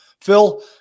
phil